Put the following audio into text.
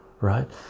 right